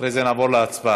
אחרי זה נעבור להצבעה.